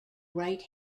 right